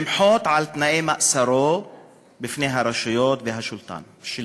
למחות על תנאי מאסרו בפני הרשויות והשלטון.